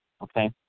Okay